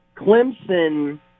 Clemson